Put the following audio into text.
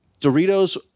Doritos